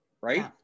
right